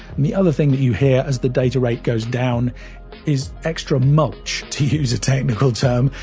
the other thing that you hear as the data rate goes down is extra mulch, to use a technical term.